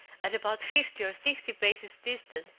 at about fifty or sixty paces distant,